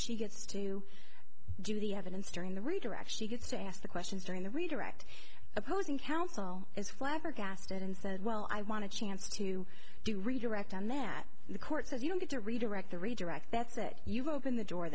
she gets to do the evidence during the redirect she gets to ask the questions during the redirect opposing counsel is flabbergasted and said well i want to chance to do redirect and that the court says you don't get to redirect the redirect that's it you've opened the door